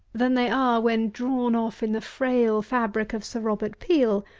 than they are when drawn off in the frail fabric of sir robert peel,